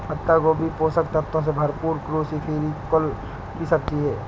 पत्ता गोभी पोषक तत्वों से भरपूर क्रूसीफेरी कुल की सब्जी है